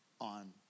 on